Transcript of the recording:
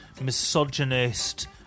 misogynist